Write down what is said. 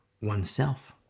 oneself